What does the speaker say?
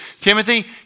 Timothy